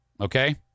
Okay